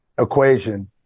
equation